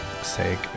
sake